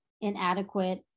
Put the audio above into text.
inadequate